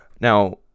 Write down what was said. Now